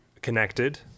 Connected